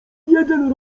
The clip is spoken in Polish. jeden